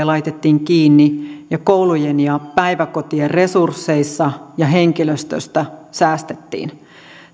laitettiin kiinni ja koulujen ja päiväkotien resursseista ja henkilöstöstä säästettiin